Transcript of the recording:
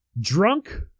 drunk